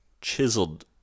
chiseled